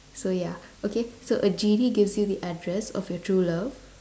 so ya okay so a genie gives you the address of your true love